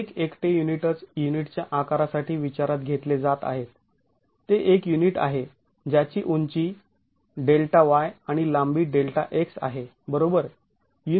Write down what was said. एक एकटे युनिटच युनिटच्या आकारासाठी विचारात घेतले जात आहेत ते एक युनिट आहे ज्याची उंची Δy आणि लांबी Δx आहे बरोबर